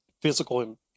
physical